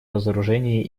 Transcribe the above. разоружения